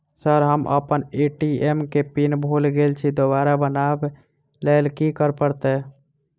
Sir हम अप्पन ATM केँ पिन भूल गेल छी दोबारा बनाब लैल की करऽ परतै?